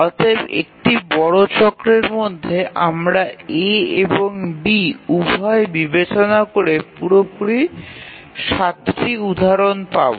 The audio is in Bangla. অতএব একটি বড় চক্রের মধ্যে আমরা A এবং B উভয় বিবেচনা করে পুরোপুরি 7 টি উদাহরন পাব